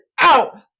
out